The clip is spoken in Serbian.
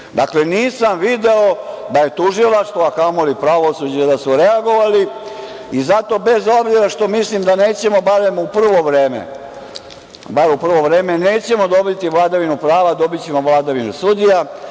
Dakle, nisam video da je Tužilaštvo, a kamoli pravosuđe, da su reagovali i zato bez obzira što mislim da nećemo barem u prvo vreme dobiti vladavinu prava, dobićemo vladavinu sudija.